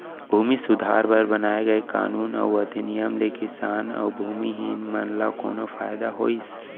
भूमि सुधार बर बनाए कानून अउ अधिनियम ले किसान अउ भूमिहीन मन ल कोनो फायदा होइस?